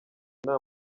nta